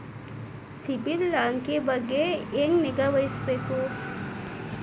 ಸಿಬಿಲ್ ಅಂಕಿ ಬಗ್ಗೆ ಹೆಂಗ್ ನಿಗಾವಹಿಸಬೇಕು?